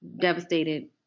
devastated